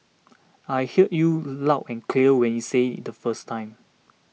I heard you loud and clear when you said it the first time